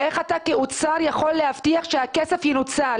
איך אתה כאוצר יכול להבטיח שהכסף ינוצל?